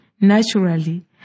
Naturally